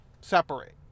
Separate